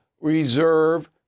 reserve